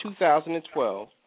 2012